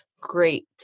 great